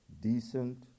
decent